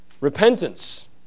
repentance